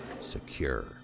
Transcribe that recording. Secure